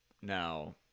Now